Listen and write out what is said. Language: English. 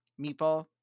Meatball